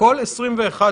זה נושא שאין בו שום